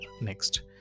next